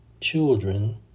children